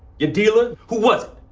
your dealer? who was